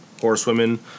horsewomen